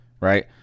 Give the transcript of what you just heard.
Right